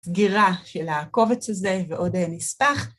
סגירה של הקובץ הזה ועוד נספח.